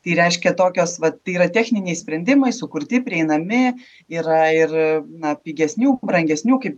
tai reiškia tokias vat tai yra techniniai sprendimai sukurti prieinami yra ir na pigesnių brangesnių kaip